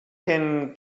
can